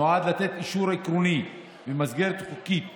נועד לתת אישור עקרוני ומסגרת חוקית